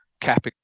cap